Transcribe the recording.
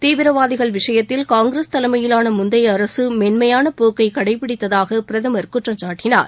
தீவிரவாதிகள் விஷயத்தில் காங்கிரஸ் தலைமையிலான முந்தைய அரசு மென்மையான போக்கை கடைப்பிடித்ததாக பிரதமர் குற்றம் சாட்டினார்